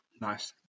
Nice